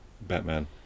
batman